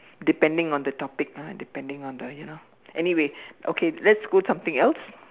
depending on the topic ah depending on the ya know anyway okay let's go something else